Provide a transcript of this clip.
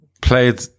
played